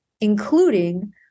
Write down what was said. including